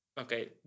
Okay